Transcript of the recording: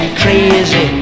crazy